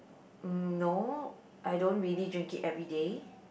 mm no I don't really drink it everyday